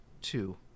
two